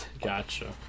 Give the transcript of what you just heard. Gotcha